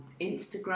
Instagram